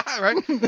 right